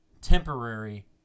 temporary